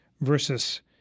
versus